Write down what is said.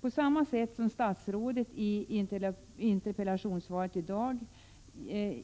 På samma sätt som statsrådet i dagens interpellationssvar